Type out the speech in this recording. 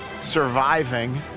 surviving